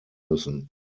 müssen